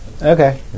Okay